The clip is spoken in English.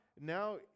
now